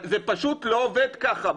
זה פשוט לא עובד ככה.